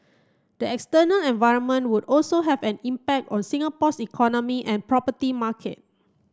the external environment would also have an impact on Singapore's economy and property market